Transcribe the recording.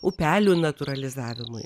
upelių natūralizavimui